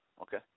Okay